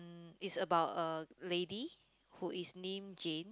is about a lady who is named Jane